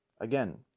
Again